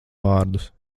vārdus